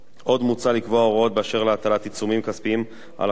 עוד מוצע לקבוע הוראות באשר להטלת עיצומים כספיים על החברה